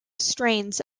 strains